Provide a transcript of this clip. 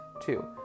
Two